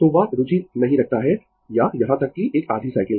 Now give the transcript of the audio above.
तो वह रूचि नहीं रखता है या यहाँ तक कि एक आधी साइकिल